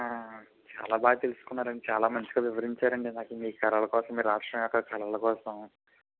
చాలా బాగా తెలుసుకున్నారండి చాలా మంచిగా వివరించారండి నాకు మీ కళల కోసం మీ రాష్ట్రం యొక్క కళల కోసం